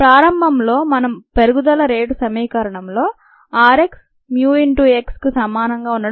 ప్రారంభంలో మనం పెరుగుదల రేటు సమీకరణంలో r x mu x సమానంగా ఉండటం గమనించాం